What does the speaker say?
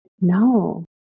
no